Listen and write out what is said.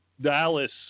dallas